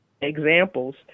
examples